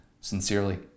Sincerely